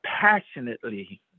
passionately